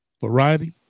variety